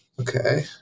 Okay